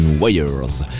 Wires